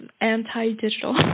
anti-digital